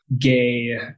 Gay